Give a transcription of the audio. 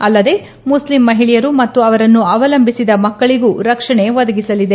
ಅಲ್ಲದೇ ಮುಖ್ಲಂ ಮಹಿಳೆಯರು ಮತ್ತು ಅವರನ್ನು ಅವಲಂಬಿಸಿದ ಮಕ್ಕಳಗೂ ರಕ್ಷಣೆ ಒದಗಿಸಲಿದೆ